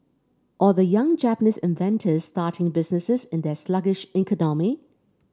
or the young Japanese inventors starting businesses in their sluggish economy